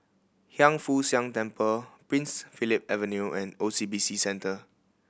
Hiang Foo Siang Temple Prince Philip Avenue and O C B C Centre